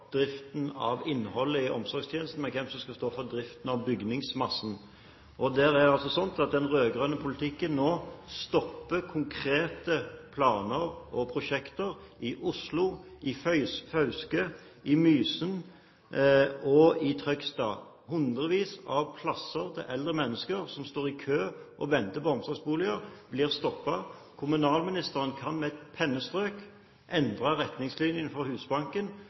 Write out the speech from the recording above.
driften av innholdet i omsorgstjenesten, men hvem som skal stå for driften av bygningsmassen. Det er altså slik at den rød-grønne politikken nå stopper konkrete planer og prosjekter i Oslo, i Fauske, i Mysen og i Trøgstad. Hundrevis av plasser til eldre mennesker som står i kø og venter på omsorgsboliger, blir stoppet. Kommunalministeren kan med et pennestrøk endre retningslinjene for Husbanken,